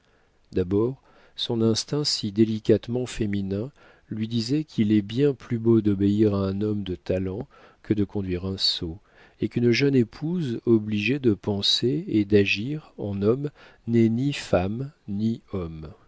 d'abord son instinct si délicatement féminin lui disait qu'il est bien plus beau d'obéir à un homme de talent que de conduire un sot et qu'une jeune épouse obligée de penser et d'agir en homme n'est ni femme ni